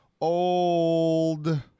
old